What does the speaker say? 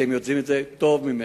אתם יודעים את זה טוב ממני.